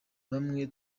bamwe